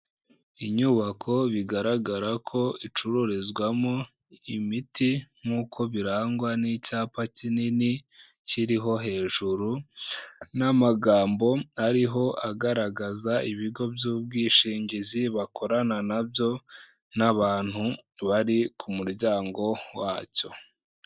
Inyubako bigaragara ko icururizwamo imiti nk'uko birangwa n'icyapa kinini kiriho hejuru n'amagambo ariho agaragaza ibigo by'ubwishingizi bakorana na byo n'abantu bari ku muryango wacyo.